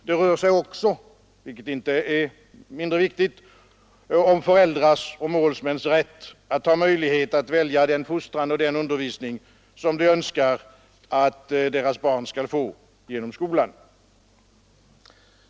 Det rör sig också, vilket inte är mindre viktigt, om föräldrars och målsmäns rätt att välja den fostran och den undervisning som de önskar att deras barn skall få genom skolan.